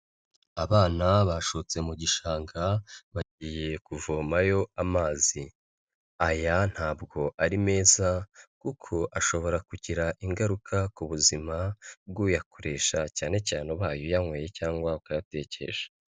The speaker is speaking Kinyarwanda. Abana bashotse mu gishanga bagiye kuvomayo amazi, aya ntabwo ari meza, kuko ashobora kugira ingaruka ku buzima bw'uyakoresha, cyane cyane ubaye uyanyweye cyangwa ukayatekesha.